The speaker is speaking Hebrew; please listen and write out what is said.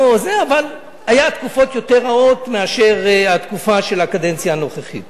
היו תקופות רעות יותר מאשר התקופה של הקדנציה הנוכחית